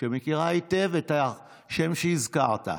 שמכירה היטב את השם שהזכרת.